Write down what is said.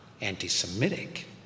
anti-Semitic